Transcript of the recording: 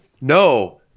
No